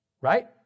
Right